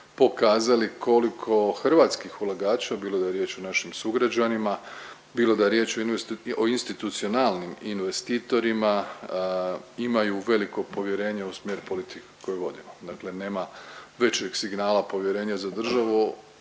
pokazali koliko hrvatskih ulagača, bilo da je riječ o našim sugrađanima, bilo da je riječ o institucionalnim investitorima, imaju veliko povjerenje u smjer politike koju vodimo, dakle nema većeg signala povjerenja za državu